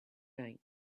night